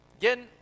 Again